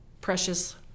precious